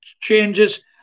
changes